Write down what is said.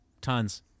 Tons